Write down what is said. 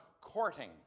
courting